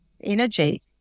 energy